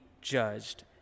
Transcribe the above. judged